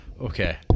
Okay